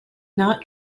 not